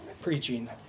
preaching